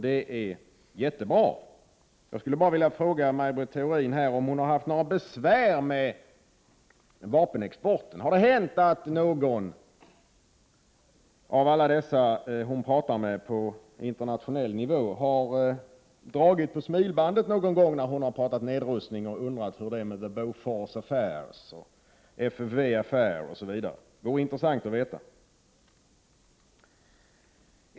Det är mycket bra. Jag skulle dock bara vilja fråga Maj Britt Theorin om hon haft några besvär av vapenexporten. Har det hänt att någon av alla dem som hon pratar med på internationell nivå har dragit på smilbandet när hon pratat nedrustning och undrat hur det är med the Bofors affairs, the FFV affair osv.? Det vore intressant att veta.